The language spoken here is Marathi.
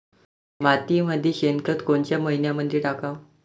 मातीमंदी शेणखत कोनच्या मइन्यामंधी टाकाव?